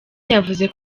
yavuze